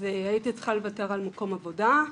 אז הייתי צריכה לוותר על מקום עבודה,